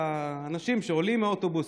אלה בטח האנשים שעולים מהאוטובוס,